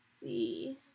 see